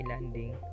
landing